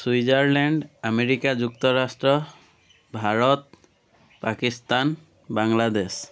Switzerland America যুক্তৰাষ্ট্ৰ ভাৰত পাকিস্তান বাংলাদেশ